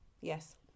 Yes